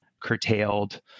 curtailed